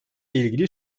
ilgili